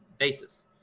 basis